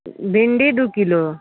भिन्डी दुइ किलो